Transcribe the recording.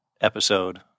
episode